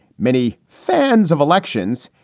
many fans of elections.